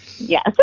yes